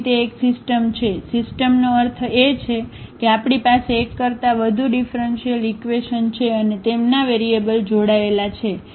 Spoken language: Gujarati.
તેથી અહીં તે એક સિસ્ટમ છે સિસ્ટમનો અર્થ છે કે આપણી પાસે એક કરતા વધુ ઙીફરન્શીઅલ ઈક્વેશન છે અને તેમના વેરિયેબલ જોડાયેલા છે